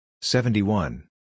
seventy-one